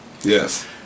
Yes